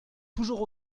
toujours